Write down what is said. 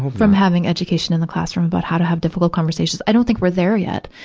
from having education in the classroom about how to have difficult conversations. i don't think we're there yet,